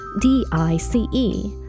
D-I-C-E